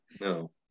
No